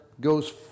goes